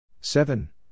seven